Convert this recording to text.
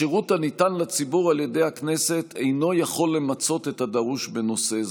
השירות הניתן לציבור על ידי הכנסת אינו יכול למצות את הדרוש בנושא זה.